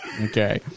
Okay